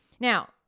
Now